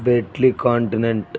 Bentley continental